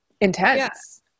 intense